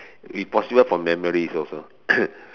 if possible from memories also